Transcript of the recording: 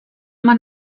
man